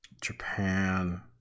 Japan